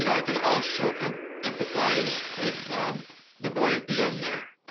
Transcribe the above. you know i can also um empathize with the boy at the end there,